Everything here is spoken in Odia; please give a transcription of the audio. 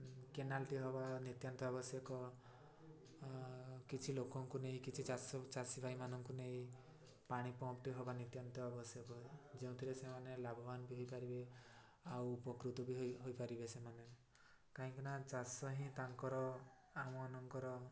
କେନାଲ୍ଟି ହବା ନିତ୍ୟାନ୍ତ ଆବଶ୍ୟକ କିଛି ଲୋକଙ୍କୁ ନେଇ କିଛି ଚାଷ ଚାଷୀ ପାଇଁ ମାନଙ୍କୁ ନେଇ ପାଣି ପମ୍ପ୍ ଟି ହବା ନିତ୍ୟାନ୍ତ ଆବଶ୍ୟକ ଯେଉଁଥିରେ ସେମାନେ ଲାଭବାନ ବି ହେଇପାରିବେ ଆଉ ଉପକୃତ ବି ହୋଇପାରିବେ ସେମାନେ କାହିଁକି ନା ଚାଷ ହିଁ ତାଙ୍କର ଆମମାନଙ୍କର